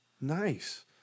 Nice